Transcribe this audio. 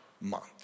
Month